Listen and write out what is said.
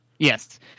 Yes